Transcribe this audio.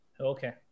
Okay